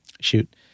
shoot